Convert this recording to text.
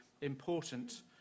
important